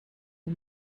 you